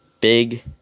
Big